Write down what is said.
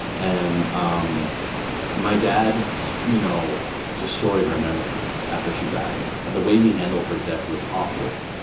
and um my dad you know destroyed her memory after she died. the way he handled her death was awful.